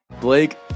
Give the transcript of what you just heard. Blake